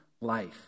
life